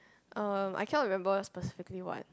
um I cannot remember specifically what